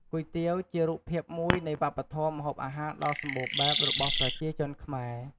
គុយទាវ ជារូបភាពមួយនៃវប្បធម៌ម្ហូបអាហារដ៏សម្បូរបែបរបស់ប្រជាជនខ្មែរ។